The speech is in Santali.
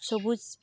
ᱥᱩᱵᱩᱡᱽ